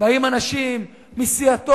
באים אנשים מסיעתו,